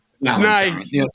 nice